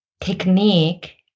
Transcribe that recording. technique